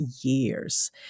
years